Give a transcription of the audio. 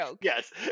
Yes